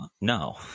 No